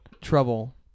trouble